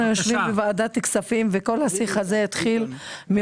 אנחנו יושבים בוועדת כספים וכל השיחה התחילה